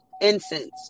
incense